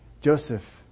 Joseph